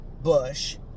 Bush